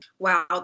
Wow